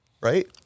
right